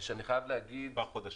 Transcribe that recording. --- מספר חודשים.